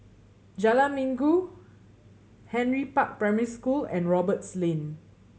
Jalan Minggu Henry Park Primary School and Roberts Lane